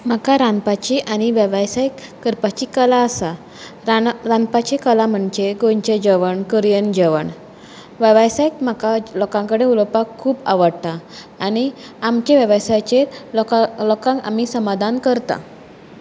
म्हाका रांदपाची आनी वेवसायी करपाची कला आसा रान रांदपाची कला म्हणजे गोंयचें जेवण कोरीयन जेवण वेवसायीक म्हाका लोकां कडेन उलोवपाक खूब आवडटा आनी आमच्या वेवसायाचेर लोकां लोकांक आमी समादान करता